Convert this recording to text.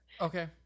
Okay